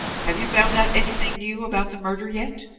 have you found out anything new about the murder yet?